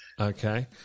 Okay